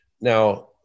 Now